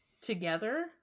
Together